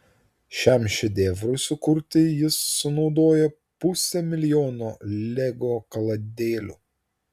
šiam šedevrui sukurti jis sunaudojo pusę milijono lego kaladėlių